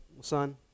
son